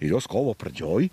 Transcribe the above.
ir jos kovo pradžioj